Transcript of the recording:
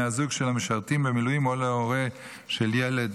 הזוג של המשרתים במילואים או להורה של ילד